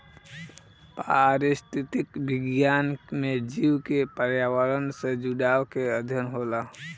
पारिस्थितिक विज्ञान में जीव के पर्यावरण से जुड़ाव के अध्ययन होला